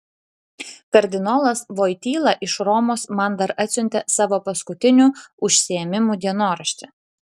kardinolas voityla iš romos man dar atsiuntė savo paskutinių užsiėmimų dienoraštį